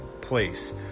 place